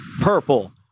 purple